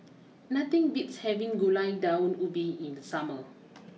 nothing beats having Gulai Daun Ubi in the summer